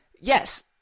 yes